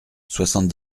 soixante